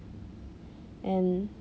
and